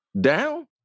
down